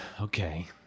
Okay